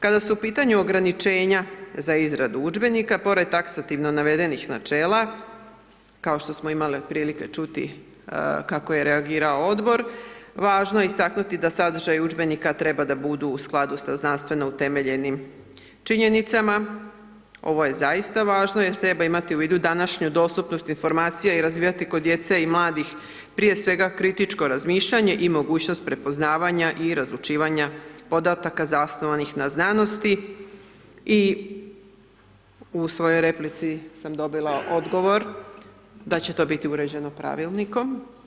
Kada su u pitanju ograničenja za izradu udžbenika pored taksativno navedenih načela, kao što smo imali prilike čuti kako je reagirao Odbor, važno je istaknuti da sadržaji udžbenika treba da budu u skladu sa znanstveno utemeljenim činjenicama, ovo je zaista važno jer treba imati u vidu današnju dostupnost informacija i razvijati kod djece i mladih prije svega kritičko razmišljanje i mogućnost prepoznavanja i razlučivanja podataka zasnovanih na znanosti i u svojoj replici sam dobila odgovor, da će to biti uređeno Pravilnikom.